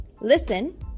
listen